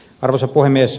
arvoisa puhemies